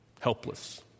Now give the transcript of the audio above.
helpless